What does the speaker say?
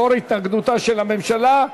לאור התנגדותה של הממשלה,